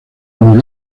muy